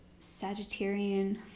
Sagittarian